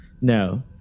No